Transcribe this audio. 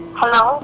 hello